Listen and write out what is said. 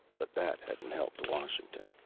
but that hadn't helped washington.